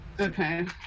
Okay